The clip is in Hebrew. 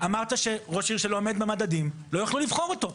אמרת שראש עיר שלא עומד במדדים לא יוכלו לבחור אותו.